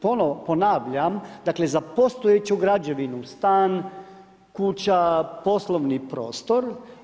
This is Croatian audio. Ponovno ponavljam, dakle za postojeću građevinu, stan, kuća, poslovni prostor.